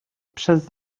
przez